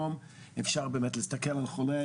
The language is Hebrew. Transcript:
היום אפשר באמת להסתכל על חולה,